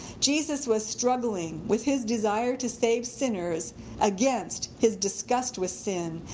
jesus was struggling with his desire to save sinners against his disgust with sin,